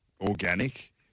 organic